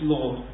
Lord